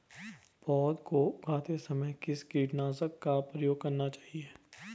पौध को उगाते समय किस कीटनाशक का प्रयोग करना चाहिये?